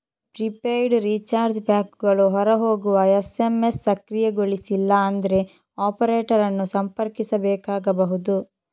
prepaid recharge ಪ್ಯಾಕುಗಳು ಹೊರ ಹೋಗುವ ಎಸ್.ಎಮ್.ಎಸ್ ಸಕ್ರಿಯಗೊಳಿಸಿಲ್ಲ ಅಂದ್ರೆ ಆಪರೇಟರ್ ಅನ್ನು ಸಂಪರ್ಕಿಸಬೇಕಾಗಬಹುದು